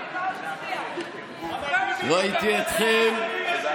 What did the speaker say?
ראיתי אתכם,